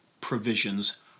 provisions